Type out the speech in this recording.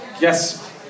Yes